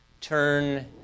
turn